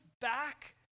back